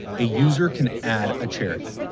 a user can add a charity.